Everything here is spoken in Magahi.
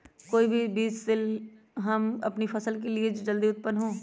कौन सी बीज ले हम अपनी फसल के लिए जो जल्दी उत्पन हो?